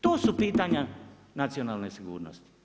Tu su pitanja nacionalne sigurnosti.